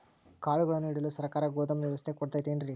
ಕಾಳುಗಳನ್ನುಇಡಲು ಸರಕಾರ ಗೋದಾಮು ವ್ಯವಸ್ಥೆ ಕೊಡತೈತೇನ್ರಿ?